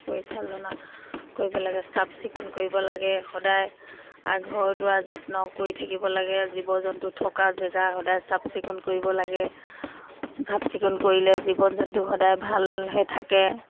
পৰিচালনা কৰিব লাগে চাফ চিকুণ কৰিব লাগে সদায় ঘৰ দুৱাৰ যত্ন কৰি থাকিব লাগে জীৱ জন্তু থকা জেগা সদায় চাফ চিকুণ কৰিব লাগে চাফ চিকুণ কৰিলে জীৱ জন্তু সদায় ভালহৈ থাকে